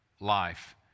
life